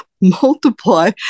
multiply